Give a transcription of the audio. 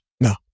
No